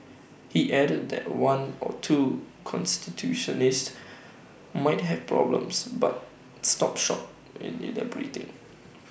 he added that one or two constituencies might have problems but stopped short in in the British